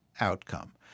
outcome